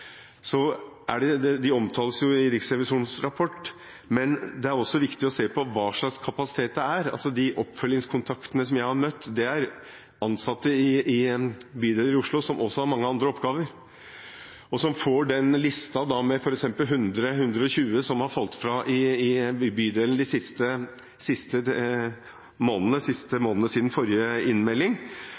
omtales de i Riksrevisjonens rapport, men det er også viktig å se på hva slags kapasitet det er. De oppfølgingskontaktene jeg har møtt, er ansatte i en bydel i Oslo som også har andre oppgaver. De får en liste med f.eks. 100–120 som har falt fra i bydelen de siste månedene, siden forrige innmelding.